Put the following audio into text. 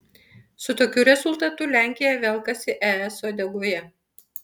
su tokiu rezultatu lenkija velkasi es uodegoje